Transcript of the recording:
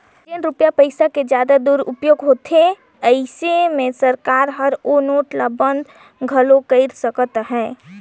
जेन रूपिया पइसा के जादा दुरूपयोग होत रिथे अइसे में सरकार हर ओ नोट ल बंद घलो कइर सकत अहे